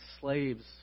slaves